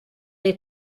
les